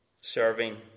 serving